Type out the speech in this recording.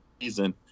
season